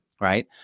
Right